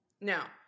Now